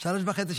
שלוש וחצי שעות.